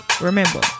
Remember